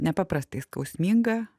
nepaprastai skausminga